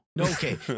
Okay